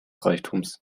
reichtums